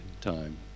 time